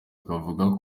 akavuga